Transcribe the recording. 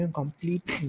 complete